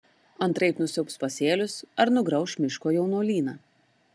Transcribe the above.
antraip nusiaubs pasėlius ar nugrauš miško jaunuolyną